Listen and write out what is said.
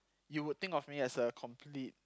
you would think of me as a complete